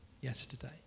yesterday